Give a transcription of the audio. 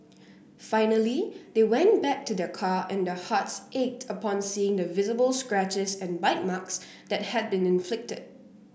finally they went back to their car and their hearts ached upon seeing the visible scratches and bite marks that had been inflicted